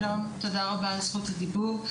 שלום, תודה רבה על זכות הדיבור.